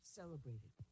celebrated